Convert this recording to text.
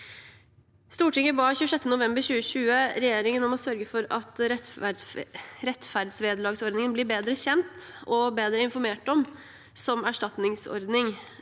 Stortinget ba 26. november 2020 regjeringen om å sørge for at rettferdsvederlagsordningen blir bedre kjent og bedre informert om som erstatningsordning.